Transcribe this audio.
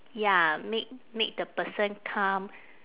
ya make make the person calm